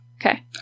Okay